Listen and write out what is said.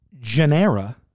genera